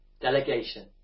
delegation